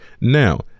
Now